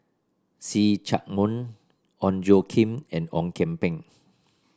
See Chak Mun Ong Tjoe Kim and Ong Kian Peng